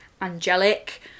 angelic